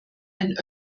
ein